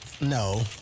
No